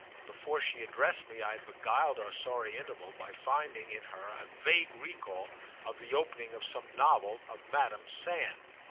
and before she addressed me i had beguiled our sorry interval by finding in her a vague recall of the opening of some novel of madame sand.